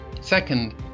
Second